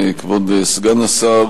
כבוד סגן השר,